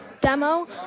demo